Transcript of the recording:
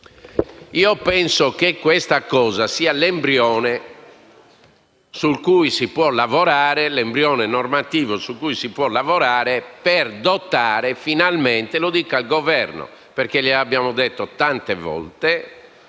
Penso che questo sia l'embrione normativo su cui si può lavorare per arrivare finalmente - lo ripeto al Governo perché glielo abbiamo detto tante volte